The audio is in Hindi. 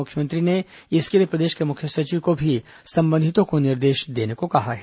मुख्यमंत्री ने इसके लिए प्रदेश के मुख्य सचिव को भी संबंधितों को निर्देश देने को कहा है